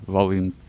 Volume